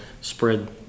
spread